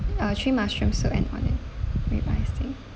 uh three mushroom soup and order three main dish